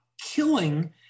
killing